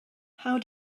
how